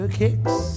kicks